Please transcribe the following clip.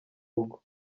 rugo